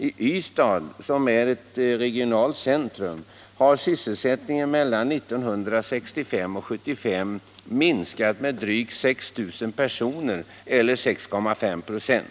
I Ystad, som är ett regionalt centrum, har sysselsättningen mellan 1965 och 1975 minskat med drygt 600 personer, eller 6,5 96.